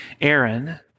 Aaron